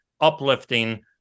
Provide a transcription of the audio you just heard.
uplifting